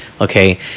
Okay